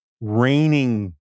raining